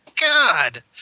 God